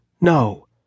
no